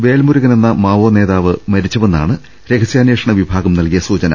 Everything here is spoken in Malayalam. വേൽമുരുകൻ എന്ന മാവോ നേതാവ് മരിച്ചുവെന്നാണ് രഹസ്യാമ്പേഷണ വിഭാഗം നൽകിയ സൂചന